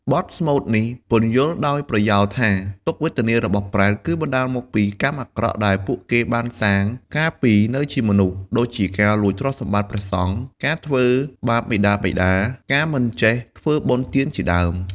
បទស្មូតនេះពន្យល់ដោយប្រយោលថា ទុក្ខវេទនារបស់ប្រេត គឺបណ្តាលមកពីកម្មអាក្រក់ដែលពួកគេបានសាងកាលពីនៅជាមនុស្ស ដូចជាការលួចទ្រព្យសម្បត្តិព្រះសង្ឃ ការធ្វើបាបមាតាបិតា ការមិនចេះធ្វើបុណ្យទានជាដើម។